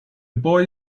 boy